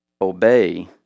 obey